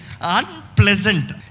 Unpleasant